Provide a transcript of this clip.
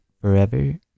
Forever